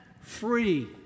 free